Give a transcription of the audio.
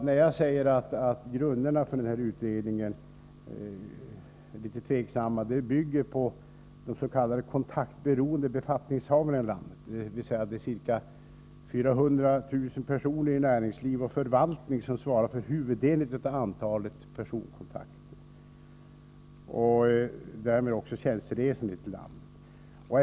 När jag säger att grunderna för utredningen är litet tvivelaktiga gör jag det därför att den bygger på de s.k. kontaktberoende befattningshavarna i landet, dvs. de ca 400 000 personer i näringsliv och förvaltning som svarar för huvuddelen av antalet personkontakter och därmed tjänsteresor.